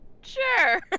Sure